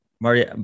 Marty